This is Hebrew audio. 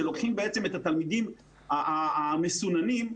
שלוקחים את התלמידים המסוננים,